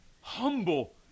humble